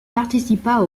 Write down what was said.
participa